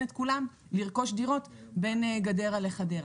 את כולם לרכוש דירות בין גדרה לחדרה.